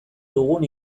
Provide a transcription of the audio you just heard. dugun